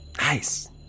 Nice